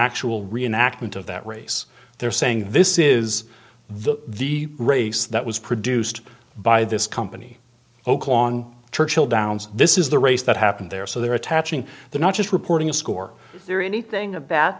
actual reenactment of that race they're saying this is the the race that was produced by this company churchill downs this is the race that happened there so they're attaching they're not just reporting a score or anything